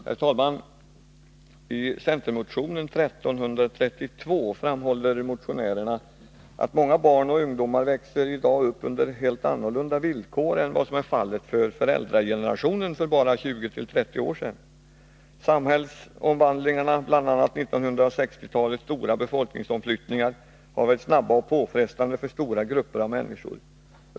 Herr talman! I centermotionen 1332 framhåller motionärerna att många barn och ungdomar i dag växer upp under helt annorlunda villkor än vad som var fallet för föräldragenerationen för bara 20-30 år sedan. Samhällsförändringarna, bl.a. 1960-talets befolkningsomflyttningar, har varit snabba och påfrestande för stora grupper av människor.